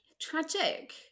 Tragic